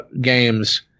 games